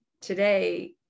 today